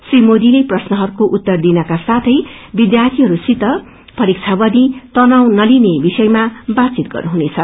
श्री मोदीले प्रश्नहयको उत्तर दिनका साथै विध्यार्यीहरूसित परीक्षावधि तनाव नलिने बारेमा बातचित गर्नुहुनेछ